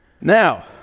Now